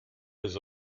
has